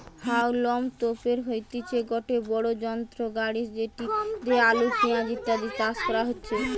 হাউলম তোপের হইতেছে গটে বড়ো যন্ত্র গাড়ি যেটি দিয়া আলু, পেঁয়াজ ইত্যাদি চাষ করাচ্ছে